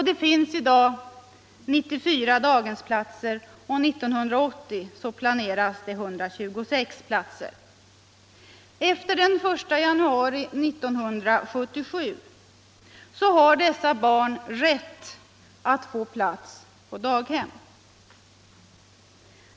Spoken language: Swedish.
Det finns i dag 94 daghemsplatser, och 1980 planeras 126 platser. Efter den I januari 1977 har dessa barn rätt att få plats på daghem.